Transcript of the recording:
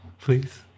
please